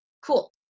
cool